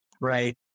Right